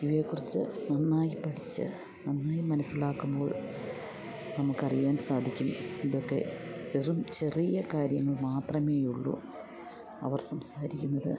ഇവയെ കുറിച്ച് നന്നായി പഠിച്ചു നന്നായി മനസ്സിലാക്കുമ്പോൾ നമുക്കറിയാൻ സാധിക്കും ഇതൊക്കെ വെറും ചെറിയ കാര്യങ്ങൾ മാത്രമേയുള്ളൂ അവർ സംസാരിക്കുന്നത്